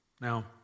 Now